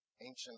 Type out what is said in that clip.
ancient